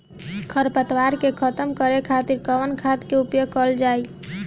खर पतवार के खतम करे खातिर कवन खाद के उपयोग करल जाई?